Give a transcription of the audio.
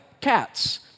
cats